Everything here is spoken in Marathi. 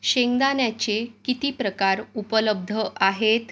शेंगदाण्याचे किती प्रकार उपलब्ध आहेत